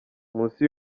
munsi